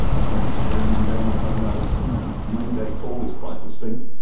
if someone's screaming down the phone at us, you know, a mayday call is quite distinct,